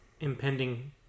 impending